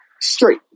straight